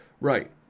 Right